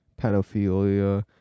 pedophilia